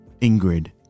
Ingrid